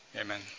Amen